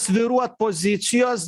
svyruot pozicijos